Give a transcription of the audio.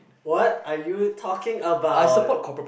what are you talking about